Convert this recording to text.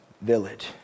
village